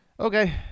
Okay